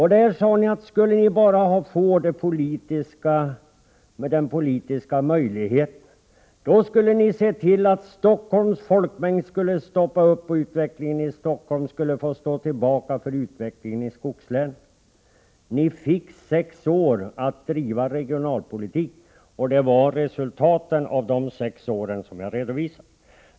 I denna sade ni att om ni bara fick den politiska möjligheten skulle ni se till att ökningen av Stockholms folkmängd stoppades och att utvecklingen i Stockholm skulle få stå tillbaka för utvecklingen i skogslänen. Ni fick sex år på er att driva regionalpolitik, och det var resultaten av de sex åren som jag redovisade.